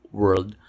world